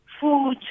food